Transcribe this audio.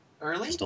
early